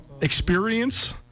experience